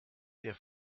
der